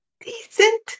decent